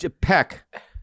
Peck